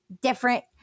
different